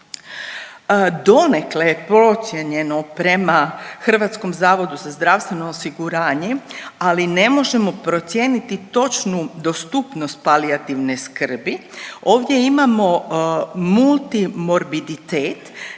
Donekle je procijenjeno prema HZZO-u, ali ne možemo procijeniti točnu dostupnost palijativne skrbi. Ovdje imamo multimorbiditet,